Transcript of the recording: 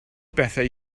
bethau